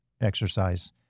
exercise